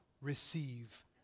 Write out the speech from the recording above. receive